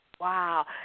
Wow